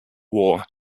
war